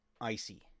icy